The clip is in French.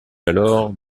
alors